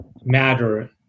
matter